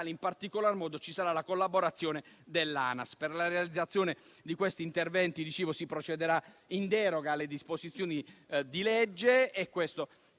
e stradali, ci sarà la collaborazione di ANAS. Per la realizzazione di questi interventi si procederà in deroga alle disposizioni di legge: